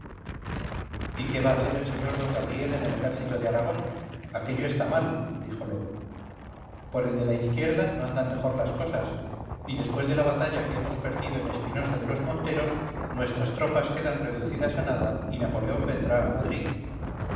y qué va a hacer el sr d gabriel en el ejército de aragón aquello está mal dijo lobo por el de la izquierda no andan mejor las cosas y después de la batalla que hemos perdido en espinosa de los monteros nuestras tropas quedan reducidas a nada y napoleón vendrá a madrid